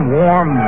warm